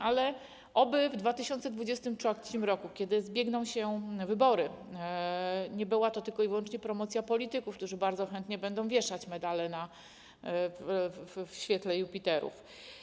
Ale oby w 2023 r., kiedy zbiegną się wybory, nie była to tylko i wyłącznie promocja polityków, którzy bardzo chętnie będą wieszać medale w świetle jupiterów.